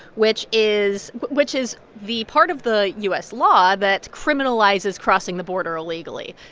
which is which is the part of the u s. law that criminalizes crossing the border illegally.